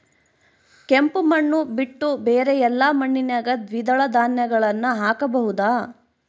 ಕೆಂಪು ಮಣ್ಣು ಬಿಟ್ಟು ಬೇರೆ ಎಲ್ಲಾ ಮಣ್ಣಿನಾಗ ದ್ವಿದಳ ಧಾನ್ಯಗಳನ್ನ ಹಾಕಬಹುದಾ?